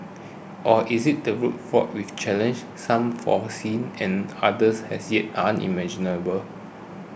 or is it the road fraught with challenges some foreseen and others as yet unimaginable